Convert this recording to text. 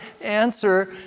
Answer